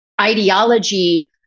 ideology